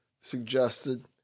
suggested